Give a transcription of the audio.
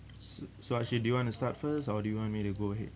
so so actually do you want to start first or do you want me to go ahead